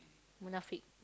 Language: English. Munafik